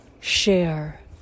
share